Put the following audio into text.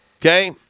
Okay